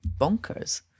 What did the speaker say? bonkers